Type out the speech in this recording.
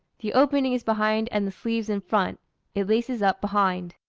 the opening is behind and the sleeves in front it laces up behind.